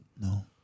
No